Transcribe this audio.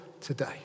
today